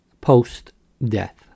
post-death